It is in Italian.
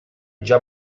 già